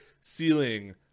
ceiling